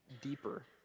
deeper